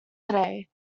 today